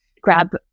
grab